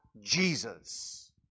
Jesus